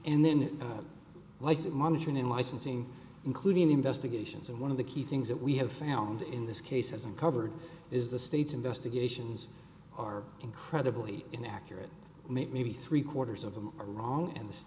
and then license monitoring in licensing including investigations and one of the key things that we have found in this case has uncovered is the state's investigations are incredibly inaccurate maybe three quarters of them are wrong and this